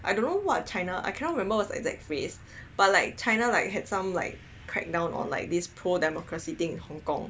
I don't know what China I cannot remember what's the exact phrase but like China like had some like crackdown on like this pro democracy thing in Hong Kong